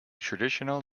traditional